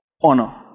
honor